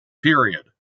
period